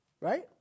Right